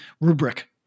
rubric